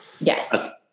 yes